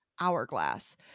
hourglass